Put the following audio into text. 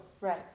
Right